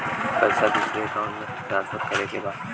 पैसा दूसरे अकाउंट में ट्रांसफर करें के बा?